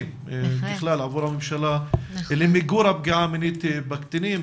ובכלל עבור הממשלה למיגור הפגיעה המינית בקטינים,